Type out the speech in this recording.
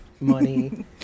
Money